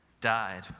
died